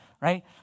right